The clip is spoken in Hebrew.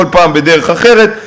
כל פעם בדרך אחרת,